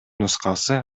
нускасы